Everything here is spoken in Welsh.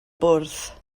bwrdd